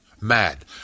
mad